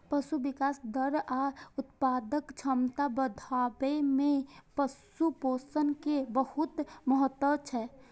पशुक विकास दर आ उत्पादक क्षमता बढ़ाबै मे पशु पोषण के बहुत महत्व छै